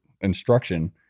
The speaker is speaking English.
instruction